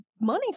money